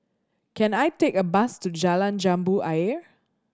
can I take a bus to Jalan Jambu Ayer